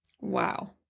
Wow